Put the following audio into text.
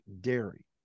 dairy